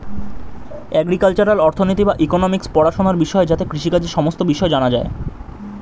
agricultural অর্থনীতি বা economics পড়াশোনার বিষয় যাতে কৃষিকাজের সমস্ত বিষয় জানা যায়